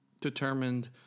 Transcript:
determined